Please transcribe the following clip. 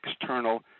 external